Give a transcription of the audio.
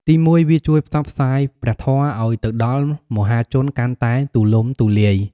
ទីមួយ វាជួយផ្សព្វផ្សាយព្រះធម៌ឱ្យទៅដល់មហាជនកាន់តែទូលំទូលាយ។